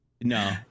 no